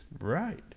Right